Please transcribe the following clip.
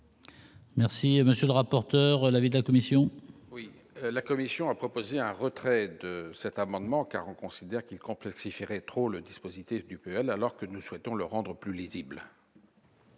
Merci, monsieur le rapporteur, l'avis de la commission. Oui, la Commission a proposé un retrait de cet amendement, considèrent qu'il complexifie rétro, le dispositif du PL, alors que nous souhaitons le rendre plus lisible.